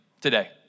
today